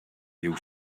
you